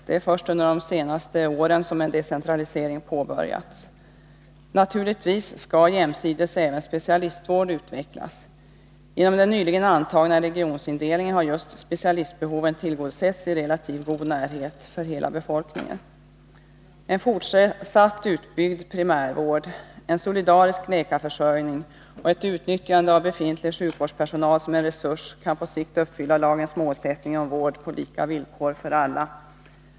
Det är först under de senaste åren som en decentralisering har påbörjats. Naturligtvis skall jämsides även specialistvård utvecklas. Genom den nyligen antagna regionindelningen har just specialistbehoven tillgodosetts, med relativt god närhet för hela befolkningen. En fortsatt utbyggnad av primärvården, en solidarisk läkarförsörjning och ett utnyttjande av befintlig sjukvårdspersonal som en resurs kan på sikt uppfylla lagens målsättning om vård på lika villkor för alla.